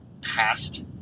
past